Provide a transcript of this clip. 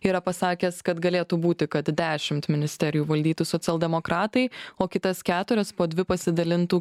yra pasakęs kad galėtų būti kad dešimt ministerijų valdytų socialdemokratai o kitas keturias po dvi pasidalintų